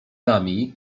nami